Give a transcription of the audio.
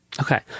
Okay